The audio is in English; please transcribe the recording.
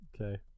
Okay